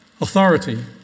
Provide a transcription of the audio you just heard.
authority